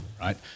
right